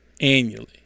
annually